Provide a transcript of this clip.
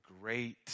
great